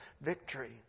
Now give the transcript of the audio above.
victory